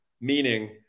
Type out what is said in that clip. meaning